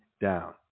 down